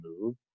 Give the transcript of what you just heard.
move